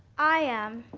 i am.